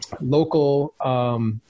local